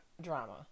drama